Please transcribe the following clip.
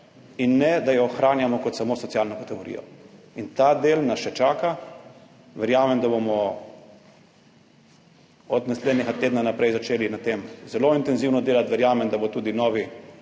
in ne da jo ohranjamo kot samo socialno kategorijo. Ta del nas še čaka. Verjamem, da bomo od naslednjega tedna naprej začeli na tem zelo intenzivno delati. Verjamem, da bo tudi novi